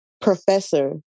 professor